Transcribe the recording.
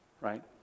right